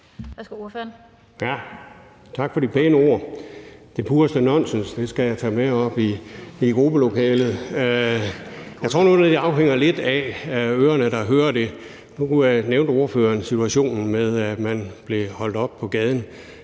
Tak for de pæne ord: det pureste nonsens. Det skal jeg tage med op i gruppelokalet. Jeg tror nu, det afhænger lidt af ørerne, der hører det. Nu nævnte ordføreren situationen med, at man blev holdt op på gaden.